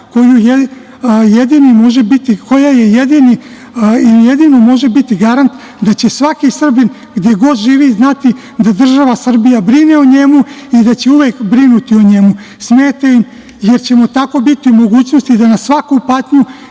koja jedino može biti garant da će svaki Srbin gde god živi znati da država Srbija brine o njemu i da će uvek brinuti o njemu. Smeta im, jer ćemo tako biti u mogućnosti da na svaku opasnost